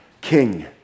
King